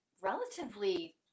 relatively